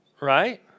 Right